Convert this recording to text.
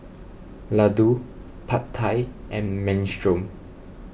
Ladoo Pad Thai and Minestrone